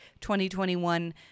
2021